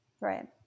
Right